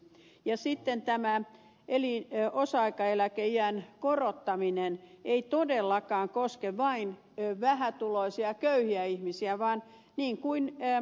ja sitten tämä osa aikaeläkeiän korottaminen ei todellakaan koske vain vähätuloisia köyhiä ihmisiä vaan niin kuin ed